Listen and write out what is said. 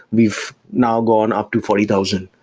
we've now gone up to forty thousand.